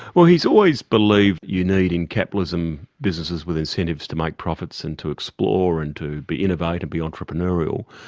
well, he's always believed you need, in capitalism, businesses with incentives to make profits and to explore and to be innovative, be entrepreneurial.